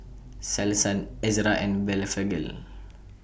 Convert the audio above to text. Selsun Ezerra and Blephagel